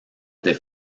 des